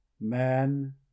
Man